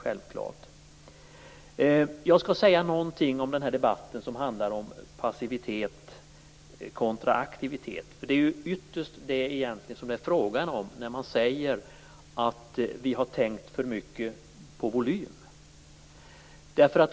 Jag skall säga något om den debatt som handlar om passivitet kontra aktivitet, eftersom det ju egentligen ytterst är det som det är fråga om när man säger att vi har tänkt för mycket på volym.